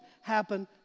happen